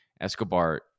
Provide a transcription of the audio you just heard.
Escobar